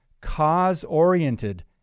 cause-oriented